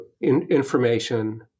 information